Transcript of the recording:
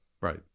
Right